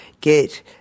get